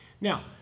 Now